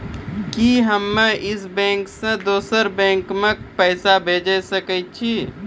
कि हम्मे इस बैंक सें दोसर बैंक मे पैसा भेज सकै छी?